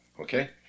Okay